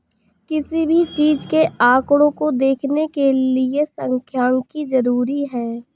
किसी भी चीज के आंकडों को देखने के लिये सांख्यिकी जरूरी हैं